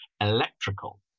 electrical